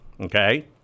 okay